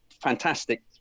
fantastic